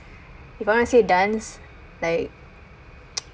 if I want say dance like